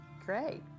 great